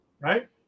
right